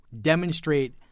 demonstrate